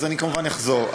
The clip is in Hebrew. אז אני כמובן אחזור.